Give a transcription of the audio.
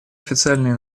официальные